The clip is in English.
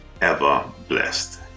ever-blessed